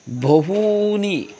बहूनि